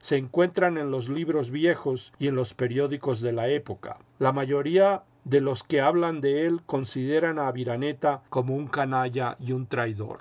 se encuentran en los libros viejos y en los periódicos de la época la mayoría de los que hablan de él consideran a aviraneta como un canalla y un traidor